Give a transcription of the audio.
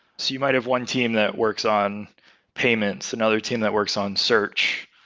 so you might have one team that works on payments, another team that works on search,